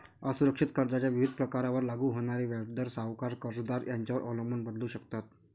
असुरक्षित कर्जाच्या विविध प्रकारांवर लागू होणारे व्याजदर सावकार, कर्जदार यांच्यावर अवलंबून बदलू शकतात